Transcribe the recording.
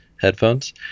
headphones